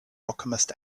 alchemist